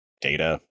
data